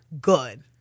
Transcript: good